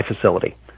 facility